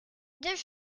deux